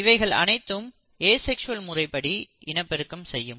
இவைகள் அனைத்தும் ஏசெக்ஸ்வல் முறைப்படி இனப்பெருக்கம் செய்யும்